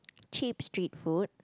cheap street food